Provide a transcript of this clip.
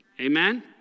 Amen